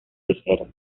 ligero